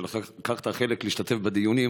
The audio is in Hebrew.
שלקחת חלק והשתתפת בדיונים,